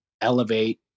elevate